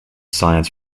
science